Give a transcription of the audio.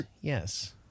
Yes